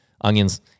onions